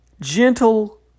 gentle